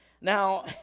Now